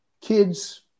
kids